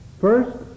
First